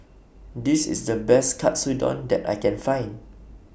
This IS The Best Katsudon that I Can Find